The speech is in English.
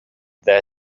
their